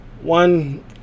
One